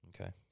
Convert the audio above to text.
Okay